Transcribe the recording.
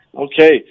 Okay